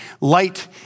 light